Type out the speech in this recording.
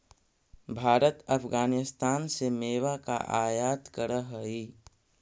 भारत अफगानिस्तान से मेवा का आयात करअ हई